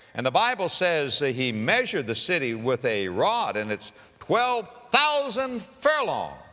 and the bible says, ah, he measured the city with a rod and it's twelve thousand furlongs.